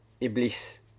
Iblis